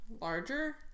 larger